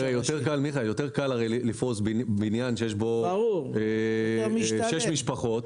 יותר קל לפרוס בבניין שיש בו 6 משפחות.